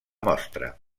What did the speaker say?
mostra